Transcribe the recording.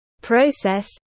process